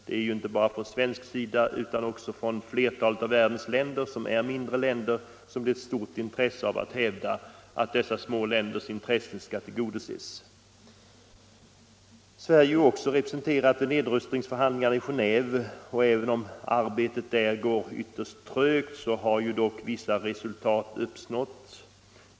Det är inte bara Sverige utan flertalet av världens mindre länder som starkt hävdar att de små ländernas intressen skall tillgodoses. Sverige är också representerat vid nedrustningsförhandlingarna i Genéve, och även om arbetet där går ytterst trögt har vissa resultat uppnåtts.